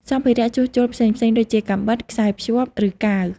សម្ភារៈជួសជុលផ្សេងៗ ដូចជាកាំបិត ខ្សែរភ្ជាប់ ឬកាវ។